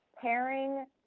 pairing